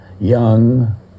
young